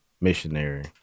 missionary